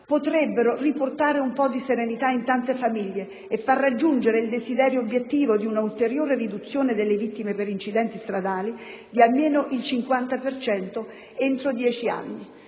potrebbe riportare un po' di serenità in tante famiglie e far raggiungere l'obiettivo desiderato di un'ulteriore riduzione delle vittime per incidenti stradali di almeno il 50 per cento entro dieci anni.